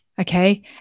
okay